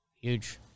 Huge